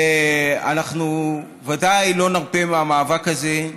אנחנו ודאי לא נרפה מהמאבק הזה.